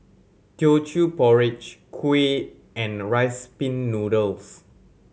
Teochew Porridge kuih and Rice Pin Noodles